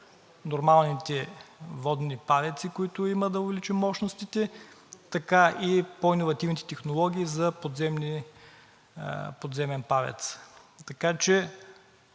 нормалните водни ПАВЕЦ-и, които има, да увеличим мощностите и по-иновативните технологии за подземен ПАВЕЦ. Така че